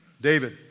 David